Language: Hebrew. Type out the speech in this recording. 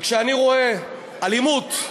וכשאני רואה אלימות,